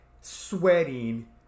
sweating